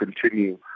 continue